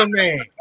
man